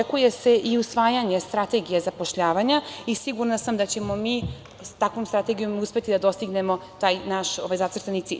Očekuje se i usvajanje strategije zapošljavanja i sigurna sam da ćemo mi sa takvom strategijom uspeti da dostignemo taj naš zacrtani cilj.